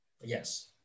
Yes